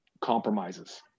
compromises